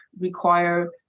require